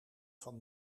van